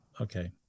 Okay